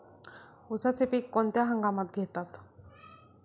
उसाचे पीक कोणत्या हंगामात घेतात?